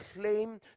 claim